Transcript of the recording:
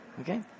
Okay